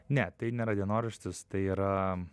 ne tai nėra dienoraštis tai yra